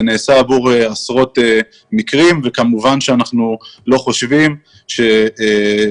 זה נעשה עבור עשרות מקרים וכמובן שאנחנו לא חושבים שמי